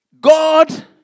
God